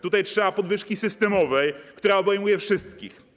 Tutaj trzeba podwyżki systemowej, która obejmuje wszystkich.